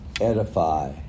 edify